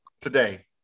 today